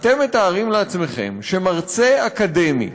אתם מתארים לעצמכם שמרצה אקדמי,